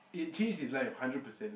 it changed his life hundred percent